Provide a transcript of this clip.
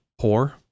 poor